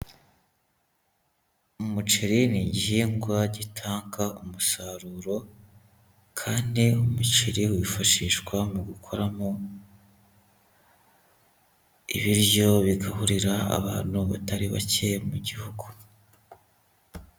Umuceri ni igihingwa gitanga umusaruro, kandi umuceri wifashishwa mu gukoramo ibiryo bigaburira, abantu batari bake mu gihugu.